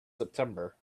september